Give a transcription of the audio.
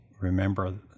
remember